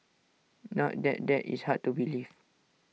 not that that is hard to believe